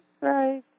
Right